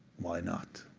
why not?